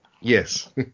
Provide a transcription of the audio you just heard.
Yes